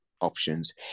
options